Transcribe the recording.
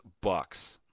Bucks